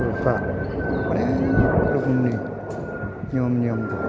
बर'फ्रा अनेक रोखोमनि नियम नियम दं